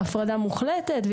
בדיוק, בהפרדה מוחלטת.